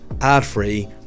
ad-free